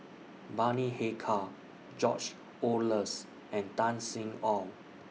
Bani Haykal George Oehlers and Tan Sin Aun